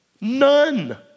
none